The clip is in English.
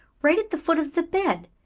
right at the foot of the bed.